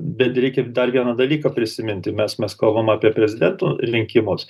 bet reikia dar vieną dalyką prisiminti mes mes kalbam apie prezidentų linkimus